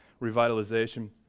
revitalization